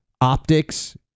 Optics